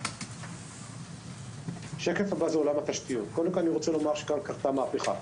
כאן קרתה מהפכה.